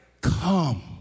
Come